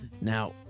Now